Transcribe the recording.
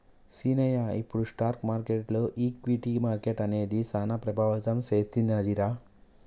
సీనయ్య ఇప్పుడు స్టాక్ మార్కెటులో ఈక్విటీ మార్కెట్లు అనేది సాన ప్రభావితం సెందినదిరా